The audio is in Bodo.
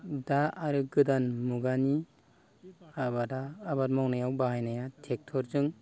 दा आरो गोदान मुगानि आबादआ आबाद मावनायाव बाहायनाया ट्रेक्ट'रजों